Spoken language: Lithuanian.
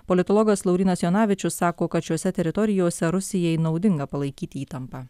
politologas laurynas jonavičius sako kad šiose teritorijose rusijai naudinga palaikyti įtampą